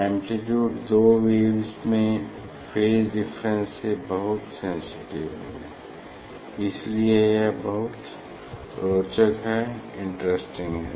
amplitude दो waves में phase difference से बहुत सेंसिटिव हैं इसलिए यह बहुत रोचक है इंटरेस्टिंग हैं